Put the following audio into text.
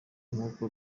nk’uko